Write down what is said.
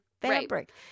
fabric